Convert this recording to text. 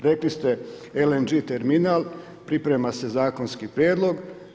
Rekli ste LNG terminal, priprema se zakonski prijedlog.